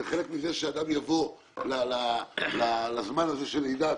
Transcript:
זה חלק מזה שאדם יבוא לזמן הזה של לידה,